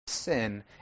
sin